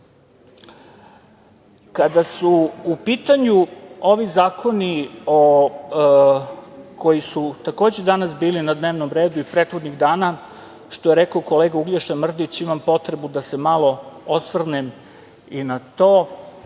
su u pitanju ovi zakoni koji su takođe danas bili na dnevnom redu i prethodnih dana, što je rekao kolega Uglješa Mrdić, imam potrebu da se malo osvrnem i na to,